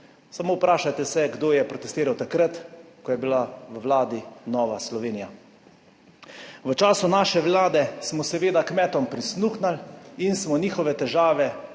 Samo vprašajte se kdo je protestiral takrat, ko je bila v Vladi Nova Slovenija? V času naše vlade smo seveda kmetom prisluhnili in smo njihove težave